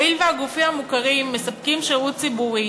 הואיל והגופים המוכרים מספקים שירות ציבורי